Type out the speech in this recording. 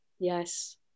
Yes